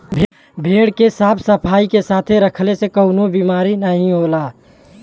भेड़ के साफ सफाई के साथे रखले से कउनो बिमारी नाहीं होला